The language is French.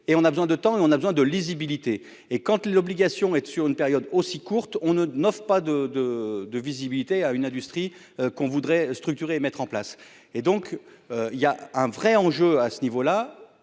et on a besoin de temps et on a besoin de lisibilité et quand tu l'obligation et sur une période aussi courte on ne n'offrent pas de, de, de visibilité à une industrie qu'on voudrait structurer et mettre en place et donc il y a un vrai enjeu à ce niveau-là,